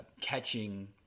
catching